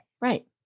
Right